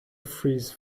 freeze